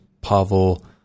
Pavel